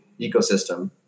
ecosystem